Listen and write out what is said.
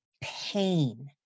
pain